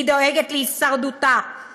היא דואגת להישרדותה,